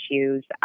issues